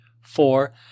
Four